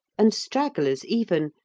and stragglers even,